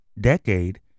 decade